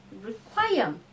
require